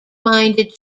minded